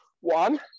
one